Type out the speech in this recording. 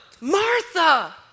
Martha